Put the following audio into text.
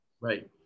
Right